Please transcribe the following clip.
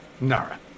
Nara